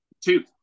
two